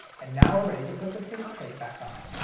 and now we're ready to put the faceplate back on.